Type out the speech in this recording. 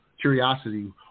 curiosity